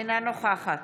אינה נוכחת